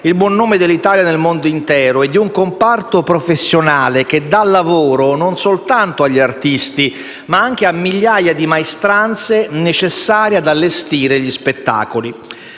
il buon nome dell'Italia nel mondo intero e di un comparto professionale che dà lavoro non soltanto agli artisti, ma anche a migliaia di maestranze necessarie ad allestire gli spettacoli.